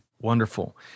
Wonderful